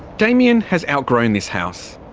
damian has outgrown this house,